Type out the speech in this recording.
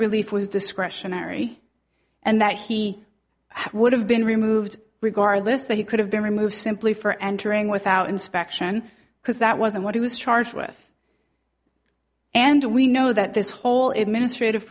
relief was discretionary and that he would have been removed regardless that he could have been remove simply for entering without inspection because that wasn't what he was charged with and we know that this whole it ministr